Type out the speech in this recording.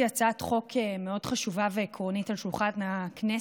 הצעת חוק חשובה מאוד ועקרונית על שולחן הכנסת,